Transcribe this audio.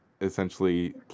essentially